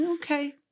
okay